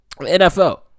NFL